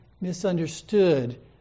misunderstood